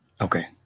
Okay